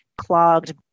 clogged